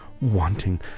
wanting